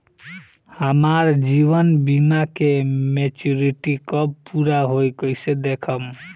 हमार जीवन बीमा के मेचीयोरिटी कब पूरा होई कईसे देखम्?